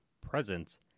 presence